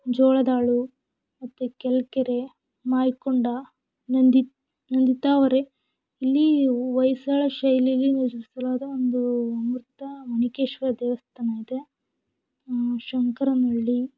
ಜೋಳದಾಳು ಮತ್ತು ಕೆಲ್ಕೆರೆ ಮಾಯಕೊಂಡ ನಂದಿ ನಂದಿ ತಾವರೆ ಇಲ್ಲಿ ಹೊಯ್ಸಳ ಶೈಲಿಲಿ ನಿರ್ಮಿಸಲಾದ ಒಂದು ಅಮೃತ ಮಣಿಕೇಶ್ವರ ದೇವಸ್ಥಾನ ಇದೆ ಶಂಕ್ರನಹಳ್ಳಿ